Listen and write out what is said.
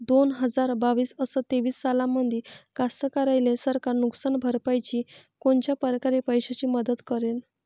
दोन हजार बावीस अस तेवीस सालामंदी कास्तकाराइले सरकार नुकसान भरपाईची कोनच्या परकारे पैशाची मदत करेन?